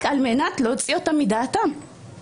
לא, לא, סליחה, חברת הכנסת וסרמן לנדה, לא.